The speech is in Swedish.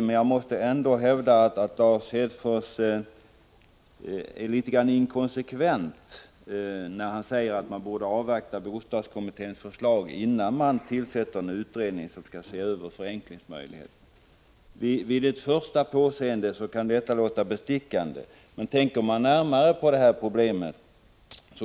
Men jag måste ändå hävda att Lars Hedfors är litet inkonsekvent när han säger att man borde avvakta bostadskommitténs förslag innan man tillsätter en utredning som skall se över förenklingsmöjligheterna. Vid ett första påseende kan detta låta bestickande, men tänker man närmare på det här problemet